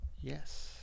Yes